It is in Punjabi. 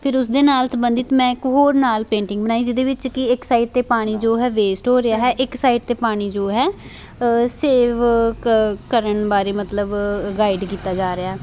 ਫਿਰ ਉਸਦੇ ਨਾਲ ਸੰਬੰਧਿਤ ਮੈਂ ਇੱਕ ਹੋਰ ਨਾਲ ਪੇਂਟਿੰਗ ਬਣਾਈ ਜਿਹਦੇ ਵਿੱਚ ਕਿ ਇੱਕ ਸਾਈਡ 'ਤੇ ਪਾਣੀ ਜੋ ਹੈ ਵੇਸਟ ਹੋ ਰਿਹਾ ਹੈ ਇੱਕ ਸਾਈਡ 'ਤੇ ਪਾਣੀ ਜੋ ਹੈ ਸੇਵ ਕ ਕਰਨ ਬਾਰੇ ਮਤਲਬ ਗਾਈਡ ਕੀਤਾ ਜਾ ਰਿਹਾ